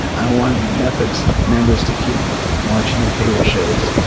i want netflix members to keep watching their favorite shows.